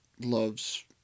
loves